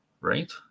right